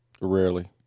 Rarely